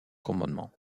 commandement